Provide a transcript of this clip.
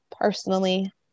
personally